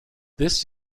this